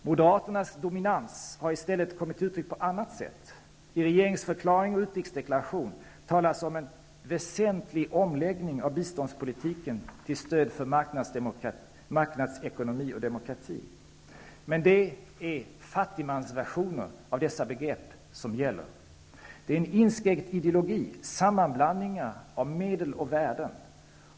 Moderaternas dominans har i stället kommit till uttryck på annat sätt. I regeringsförklaring och utrikesdeklaration talas det om en väsentlig omläggning av biståndspolitiken till stöd för marknadsekonomi och demokrati. Men det är fattigmansversioner av dessa begrepp som gäller. Det är en inskränkt ideologi, sammanblandningar av medel och värden.